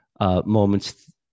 moments